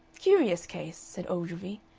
curious case, said ogilvy,